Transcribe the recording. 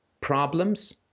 problems